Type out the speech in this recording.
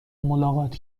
ملاقات